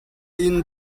inn